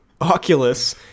oculus